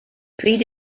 pryd